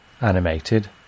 animated